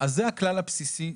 זה הכלל הבסיסי.